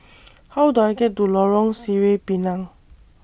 How Do I get to Lorong Sireh Pinang